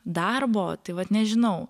darbo tai vat nežinau